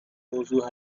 موضوع